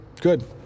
good